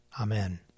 Amen